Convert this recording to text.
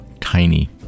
tiny